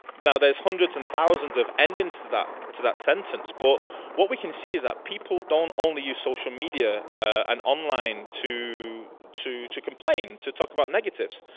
now there's hundreds and thousands of endings to that to that sentence, but what we can see is that people don't only use social media and online to to complain to talk about negatives.